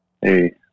hey